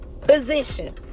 position